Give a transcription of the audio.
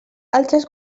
altres